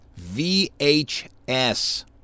VHS